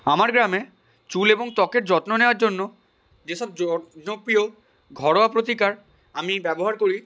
আমার গ্রামে চুল এবং ত্বকের যত্ন নেওয়ার জন্য যেসব জনপ্রিয় ঘরোয়া প্রতিকার আমি ব্যবহার করি